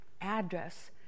address